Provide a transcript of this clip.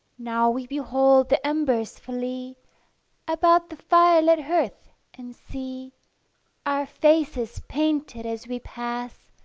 now we behold the embers flee about the firelit hearth and see our faces painted as we pass,